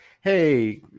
Hey